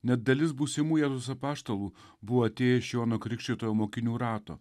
net dalis būsimų jėzus apaštalų buvo atėję iš jono krikštytojo mokinių rato